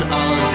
on